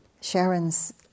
Sharon's